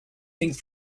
things